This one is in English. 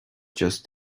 just